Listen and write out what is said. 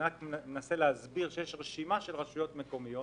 אני רק מנסה להסביר שיש רשימה של רשויות מקומיות